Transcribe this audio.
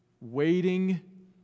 waiting